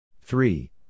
Three